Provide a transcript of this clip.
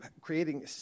creating